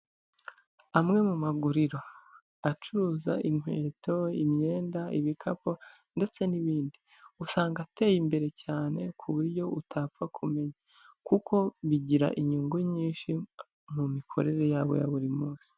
Amwe mu maguriro acuruza inkweto, imyenda, ibikapu ndetse n'ibindi, usanga ateye imbere cyane ku buryo utapfa kumenya, kuko bigira inyungu nyinshi mu mikorere yabo ya buri munsi.